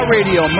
Radio